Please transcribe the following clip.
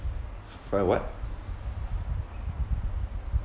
fri what